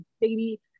baby